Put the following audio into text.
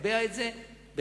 לקבע את זה בחקיקה,